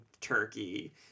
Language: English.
turkey